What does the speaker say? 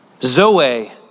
Zoe